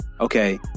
Okay